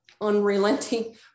unrelenting